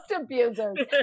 abusers